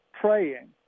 praying